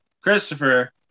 Christopher